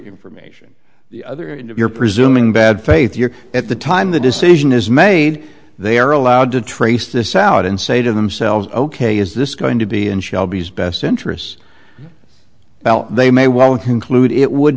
information the other end of your presuming bad faith you're at the time the decision is made they are allowed to trace this out and say to themselves ok is this going to be in shelby's best interests they may well include it would